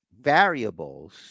Variables